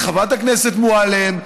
את חברת הכנסת מועלם,